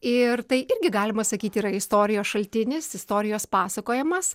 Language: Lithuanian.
ir tai irgi galima sakyti yra istorijos šaltinis istorijos pasakojimas